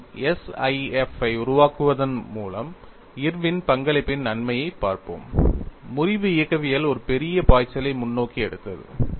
மீண்டும் SIF ஐ உருவாக்குவதன் மூலம் இர்வின் பங்களிப்பின் நன்மையைப் பார்ப்போம் முறிவு இயக்கவியல் ஒரு பெரிய பாய்ச்சலை முன்னோக்கி எடுத்தது